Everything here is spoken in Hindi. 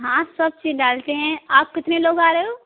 हाँ सब चीज़ डालते हैं आप कितने लोग आ रहे हो